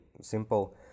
simple